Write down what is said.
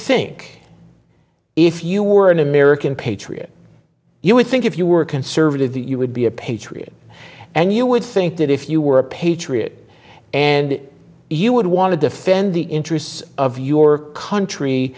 think if you were an american patriot you would think if you were conservative that you would be a patriot and you would think that if you were a patriot and you would want to defend the interests of your country